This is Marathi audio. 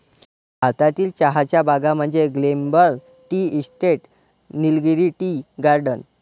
भारतातील चहाच्या बागा म्हणजे Glenburn tea estate, Nilgiri tea garden